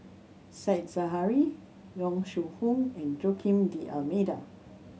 Said Zahari Yong Shu Hoong and Joaquim D'Almeida